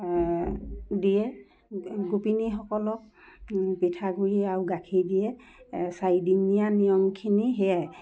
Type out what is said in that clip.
দিয়ে দি গোপিনীসকলক পিঠাগুড়ি আৰু গাখীৰ দিয়ে চাৰিদিনীয়া নিয়মখিনি সেয়াই